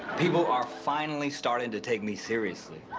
people are finally starting to take me seriously.